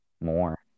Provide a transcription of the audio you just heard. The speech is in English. More